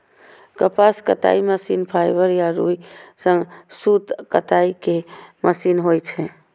कपास कताइ मशीन फाइबर या रुइ सं सूत कताइ के मशीन होइ छै